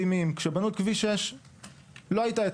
כשבנו את כביש 6 חריש לא הייתה.